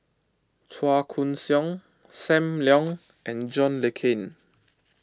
Chua Koon Siong Sam Leong and John Le Cain